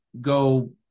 go